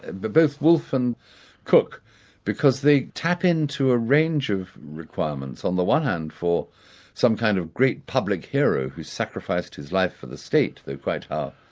both wolfe and cook because they tap into a range of requirements. on the one hand, for some kind of great public hero who sacrificed his life for the state, though quite how